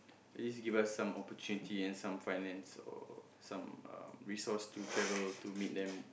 at least give us some opportunity and some finance or some um resource to travel to meet them